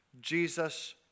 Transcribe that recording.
Jesus